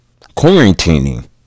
quarantining